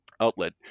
outlet